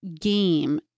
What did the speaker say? game